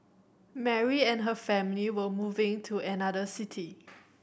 Mary and her family were moving to another city